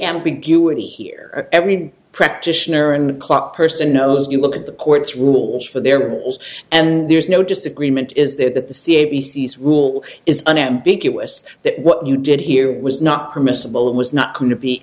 ambiguity here every practitioner and clock person knows you look at the court's rules for there are rules and there's no disagreement is there that the c a b c s rule is unambiguous that what you did here was not permissible it was not going to be